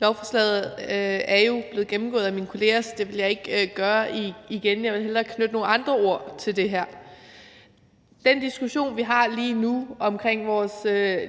Lovforslaget er jo blevet gennemgået af mine kolleger, så det vil jeg ikke gøre. Jeg vil hellere knytte nogle andre ord til det her. Den diskussion, vi har lige nu, omkring vores